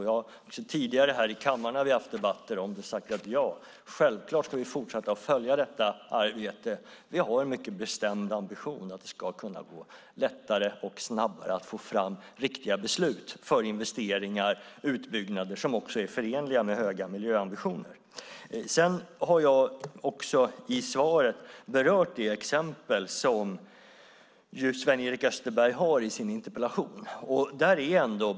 Jag har i tidigare debatter i kammaren sagt att vi självklart ska fortsätta att följa detta arbete. Vi har en mycket bestämd ambition att det ska kunna gå lättare och snabbare att få fram viktiga beslut för investeringar och utbyggnader som är förenliga med höga miljöambitioner. Jag har i svaret berört de exempel som Sven-Erik Österberg har i sin interpellation.